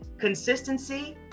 consistency